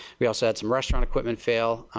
we also some restaurant equipment fail.